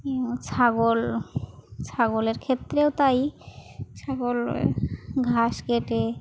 ছাগল ছাগলের ক্ষেত্রেও তাই ছাগল ঘাস কেটে